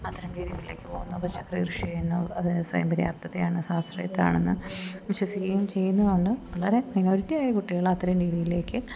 അത്തരം രീതികളിലേക്ക് പോകുന്നു പച്ചക്കറി കൃഷി ചെയ്യുന്നു അത് സ്വയം പര്യാപ്തത ആണ് സ്വാശ്രയത്വമാണെന്ന് വിശ്വസിക്കുകയും ചെയ്യുന്നതു കൊണ്ട് വളരെ മൈനോരിറ്റിയായ കുട്ടികൾ അത്തരം രീതിയിലേക്ക്